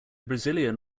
brazilian